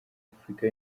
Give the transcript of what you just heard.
afurika